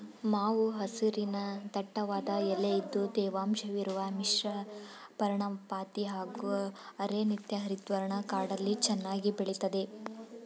ಮಾವು ಹಸಿರಿನ ದಟ್ಟವಾದ ಎಲೆ ಇದ್ದು ತೇವಾಂಶವಿರುವ ಮಿಶ್ರಪರ್ಣಪಾತಿ ಹಾಗೂ ಅರೆ ನಿತ್ಯಹರಿದ್ವರ್ಣ ಕಾಡಲ್ಲಿ ಚೆನ್ನಾಗಿ ಬೆಳಿತದೆ